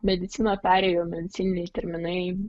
medicina perėjo medicininiai terminai